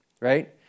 right